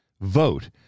vote